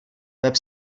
web